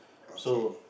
so